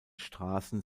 straßen